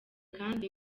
kandi